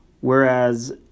whereas